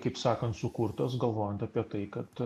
kaip sakant sukurtas galvojant apie tai kad